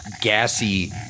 gassy